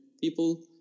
people